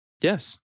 Yes